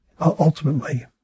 ultimately